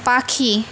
পাখি